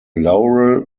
laurel